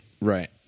Right